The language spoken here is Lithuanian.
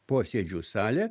posėdžių salę